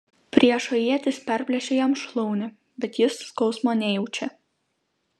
priešo ietis perplėšia jam šlaunį bet jis skausmo nejaučia